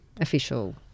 official